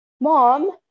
mom